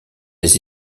des